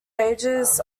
ages